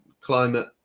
climate